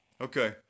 Okay